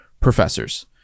professors